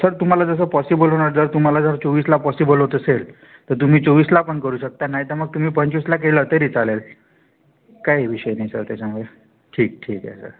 sir तुम्हाला जसं possible होणार जर तुम्हाला जर चोवीसला पॉसिबल होत असेल तर तुम्ही चोवीसला पण करू शकता नाहीतर मग तुम्ही पंचवीसला केलं तरी चालेल काय विषय नाही सर त्याच्यामुळे ठीक ठीक आहे सर